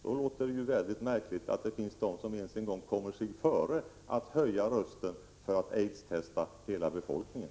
Då låter det ju väldigt märkligt att det finns de som kommer sig före att höja rösten och kräva aidstest av hela befolkningen.